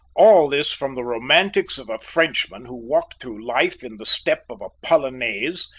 all this from the romantics of a frenchman who walked through life in the step of a polonaise,